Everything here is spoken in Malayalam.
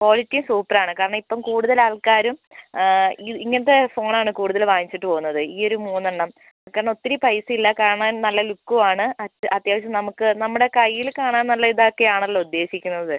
ക്വാളിറ്റിയും സൂപ്പർ ആണ് കാരണം ഇപ്പം കൂടുതൽ ആൾക്കാരും ഇങ്ങനത്തെ ഫോൺ ആണ് കൂടുതലും വാങ്ങിച്ചിട്ട് പോകുന്നത് ഈ ഒരു മൂന്നെണ്ണം കാരണം ഒത്തിരി പൈസയില്ല കാണാൻ നല്ല ലുക്കും ആണ് അത്യ അത്യാവശ്യം നമുക്ക് നമ്മുടെ കയ്യിൽ കാണാൻ നല്ല ഇതൊക്കെ ആണല്ലോ ഉദ്ദേശിക്കുന്നത്